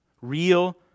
real